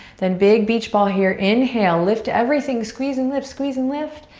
then big beach ball here. inhale, lift everything, squeeze and lift, squeeze and lift.